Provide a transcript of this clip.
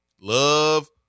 Love